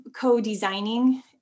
co-designing